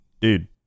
Dude